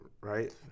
right